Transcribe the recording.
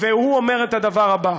והוא אומר את הדבר הבא,